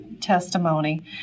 testimony